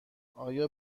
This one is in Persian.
آیا